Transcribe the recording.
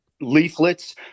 leaflets